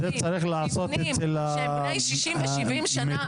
מבנים שהם בני 60 ו-70 שנה,